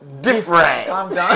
different